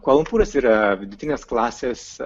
kvala lumpūras yra vidutinės klasės